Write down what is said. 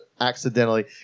accidentally